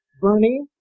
Bernie